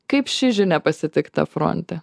kaip ši žinia pasitikta fronte